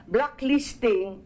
Blacklisting